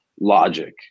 logic